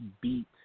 beat